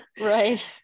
Right